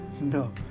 No